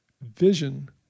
vision